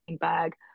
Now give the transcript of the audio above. bag